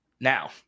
Now